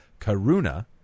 Karuna